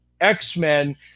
X-Men